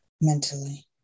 Mentally